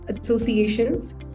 associations